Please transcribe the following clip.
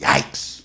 Yikes